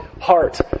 heart